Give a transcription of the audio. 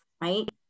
right